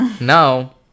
now